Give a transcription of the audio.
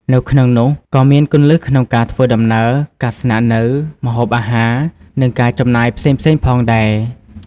នៅក្នុងនោះ ក៏មានគន្លឹះក្នុងការធ្វើដំណើរ ការស្នាក់នៅ ម្ហូបអាហារ និងការចំណាយផ្សេងៗផងដែរ។